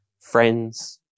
friends